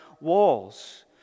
walls